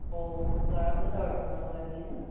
पोइ घणा पैसा वठंदव गाॾीअ जा